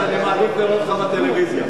אז אני מעדיף לראות אותך בטלוויזיה.